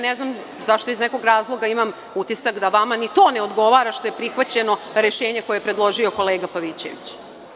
Ne znam zašto iz nekog razloga imam utisak da vama ni to ne odgovara što je prihvaćeno rešenje koje je predložio kolega Pavićević.